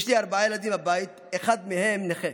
יש לי ארבעה ילדים בבית, אחד מהם נכה,